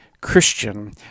Christian